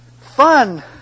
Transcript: fun